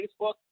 Facebook